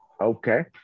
Okay